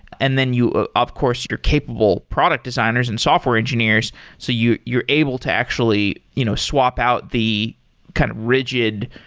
and then you of course, you're capable product designers and software engineers, so you you're able to actually you know swap out the kind of rigid,